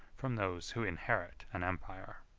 from those who inherit an empire.